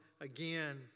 again